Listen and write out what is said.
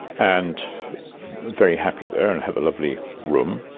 and very happy there and have a lovely room.